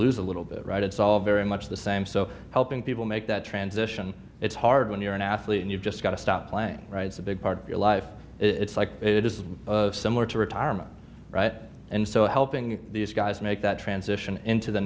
lose a little bit right it's all very much the same so helping people make that transition it's hard when you're an athlete and you've just got to stop playing right it's a big part of your life it's like it is similar to retirement and so helping these guys make that transition into the